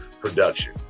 production